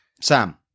Sam